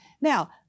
Now